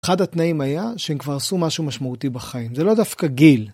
אחד התנאים היה שהם כבר עשו משהו משמעותי בחיים, זה לא דווקא גיל.